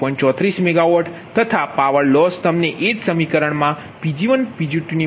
34MWતથા power loss તમને એ જ સમીકરણ મા Pg1 Pg2 મૂકતા તમને 4